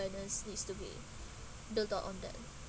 needs to be built up on that